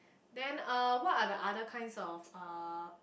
then uh what are the other kinds of uh